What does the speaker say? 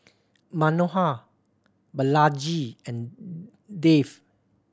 Manohar Balaji and Dev